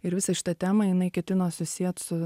ir visą šitą temą jinai ketino susiet su